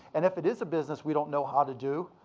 and if it is a business we don't know how to do,